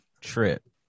trip